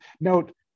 note